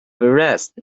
forest